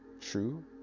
true